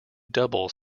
double